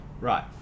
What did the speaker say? Right